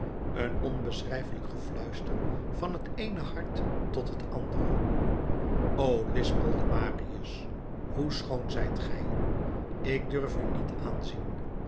een onbeschrijfelijk gefluister van het eene hart tot het andere o lispelde marius hoe schoon zijt gij ik durf u niet aanzien